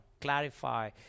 Clarify